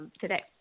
today